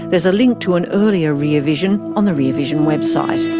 there's a link to an earlier rear vision on the rear vision website.